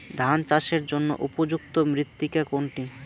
ধান চাষের জন্য উপযুক্ত মৃত্তিকা কোনটি?